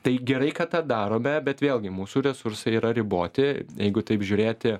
tai gerai kad tą darome bet vėlgi mūsų resursai yra riboti jeigu taip žiūrėti